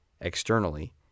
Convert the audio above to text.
externally